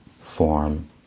form